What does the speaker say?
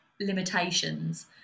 limitations